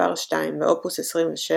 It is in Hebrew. מספר 2 ואופוס 27,